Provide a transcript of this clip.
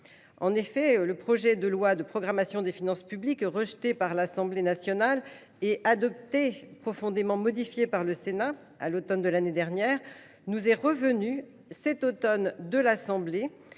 En effet, le projet de loi de programmation des finances publiques, rejeté par l’Assemblée nationale et adopté, profondément modifié, par le Sénat, à l’automne de l’année dernière, nous est revenu de l’Assemblée